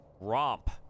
romp